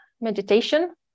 meditation